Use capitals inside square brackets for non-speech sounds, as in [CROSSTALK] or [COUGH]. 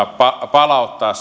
palauttaa [UNINTELLIGIBLE]